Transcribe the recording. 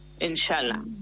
inshallah